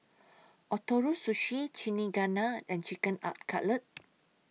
Ootoro Sushi Chigenabe and Chicken Cutlet